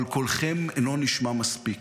אבל קולכם אינו נשמע מספיק.